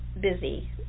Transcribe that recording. busy